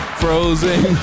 frozen